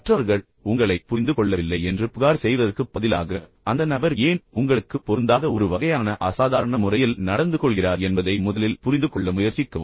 மற்றவர்கள் உங்களைப் புரிந்து கொள்ளவில்லை என்று புகார் செய்வதற்குப் பதிலாக அந்த நபர் ஏன் உங்களுக்கு பொருந்தாத ஒரு வகையான அசாதாரண முறையில் நடந்துகொள்கிறார் என்பதை முதலில் புரிந்து கொள்ள முயற்சிக்கவும்